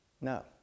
No